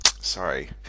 Sorry